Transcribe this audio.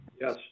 Yes